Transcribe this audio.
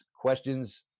questions